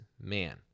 man